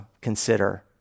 consider